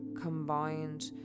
combined